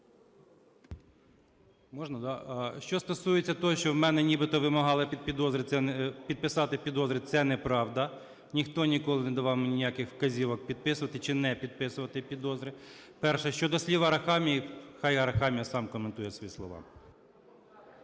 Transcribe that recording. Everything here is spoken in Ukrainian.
Що стосується того, що у мене нібито вимагали підписати підозри, це неправда. Ніхто ніколи не давав мені ніяких вказівок підписувати чи не підписувати підозри. Перше. Щодо слів Арахамії, хай Арахамія сам коментує свої слова.